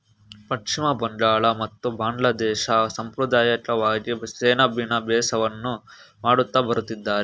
ಪಶ್ಚಿಮ ಬಂಗಾಳ ಮತ್ತು ಬಾಂಗ್ಲಾದೇಶ ಸಂಪ್ರದಾಯಿಕವಾಗಿ ಸೆಣಬಿನ ಬೇಸಾಯವನ್ನು ಮಾಡುತ್ತಾ ಬರುತ್ತಿದೆ